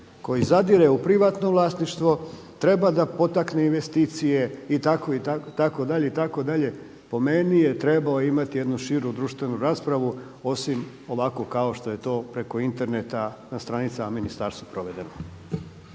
koji zadire u privatno vlasništvo treba potaknuti investicije itd., itd. po meni je trebao imati jednu širu društvenu raspravu osim ovako kao što je to preko interneta na stranicama ministarstva provedeno.